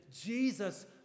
Jesus